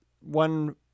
one